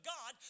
God